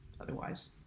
otherwise